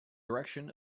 direction